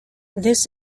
this